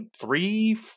three